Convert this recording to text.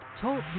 Talk